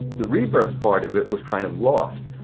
the rebirth part of it was kind of lost.